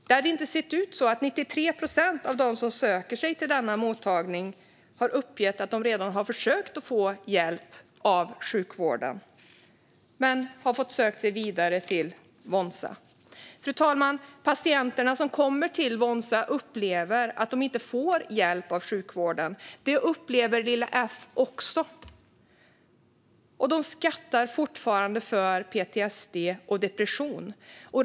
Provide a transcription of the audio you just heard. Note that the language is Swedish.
Det hade inte sett ut så att 93 procent av dem som söker sig till denna mottagning uppger att de redan har försökt få hjälp av sjukvården men har fått söka sig vidare till Wonsa. Fru talman! Patienterna som kommer till Wonsa upplever att de inte får hjälp av sjukvården. Det upplever "Lilla F" också. De skattar fortfarande för PTSD och depression.